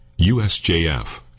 USJF